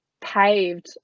paved